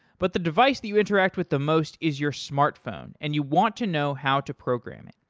but the device that you interact with the most is your smartphone and you want to know how to program it.